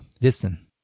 listen